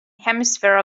hemisphere